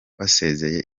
basezeye